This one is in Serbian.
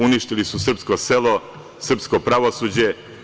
Uništili su srpsko selo, srpsko pravosuđe.